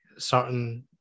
certain